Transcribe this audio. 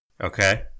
Okay